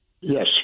Yes